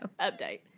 Update